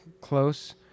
close